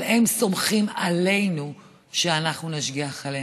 אבל הם סומכים עלינו שאנחנו נשגיח עליהם.